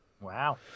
Wow